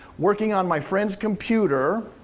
working on my friend's computer,